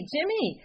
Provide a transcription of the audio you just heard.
Jimmy